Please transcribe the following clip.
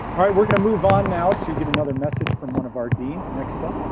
all right, we're gonna move on now to get another message from one of our deans next up,